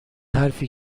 حرفی